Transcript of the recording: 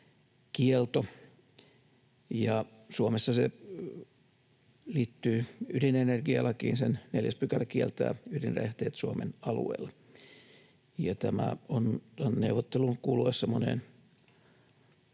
kielto, ja Suomessa se liittyy ydinenergialakiin. Sen 4 § kieltää ydinräjähteet Suomen alueella. Tämä on tuon neuvottelun kuluessa